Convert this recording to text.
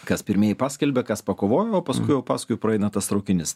kas pirmieji paskelbė kas pakovojo o paskui jau paskui praeina tas traukinys